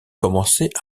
commençait